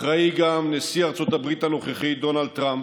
אחראי גם נשיא ארצות הברית הנוכחי, דונלד טראמפ,